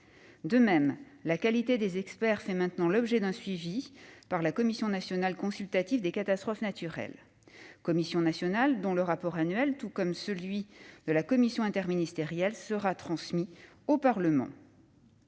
De même, la qualité des experts fera maintenant l'objet d'un suivi par la Commission nationale consultative des catastrophes naturelles, dont le rapport annuel, tout comme celui de la commission interministérielle, sera transmis au Parlement.